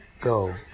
go